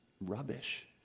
rubbish